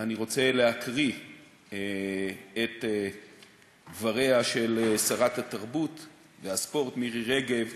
אני רוצה להקריא את דבריה של שרת התרבות והספורט מירי רגב